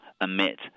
emit